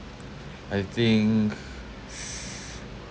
I think